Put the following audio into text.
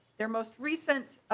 their most recent